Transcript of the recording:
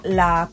la